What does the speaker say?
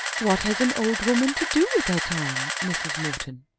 what has an old woman to do with her time, mrs. morton?